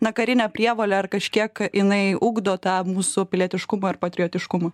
na karinė prievolė ar kažkiek jinai ugdo tą mūsų pilietiškumą ir patriotiškumą